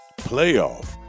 playoff